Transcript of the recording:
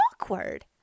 awkward